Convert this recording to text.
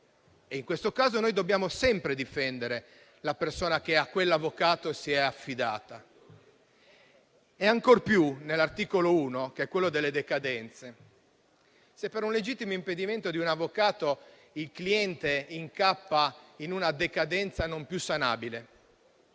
In questo caso dobbiamo sempre difendere la persona che a quell'avvocato si è affidata. Ancor di più nell'articolo 1, che concerne le decadenze; se per un legittimo impedimento di un avvocato il cliente incappa in una decadenza non più sanabile,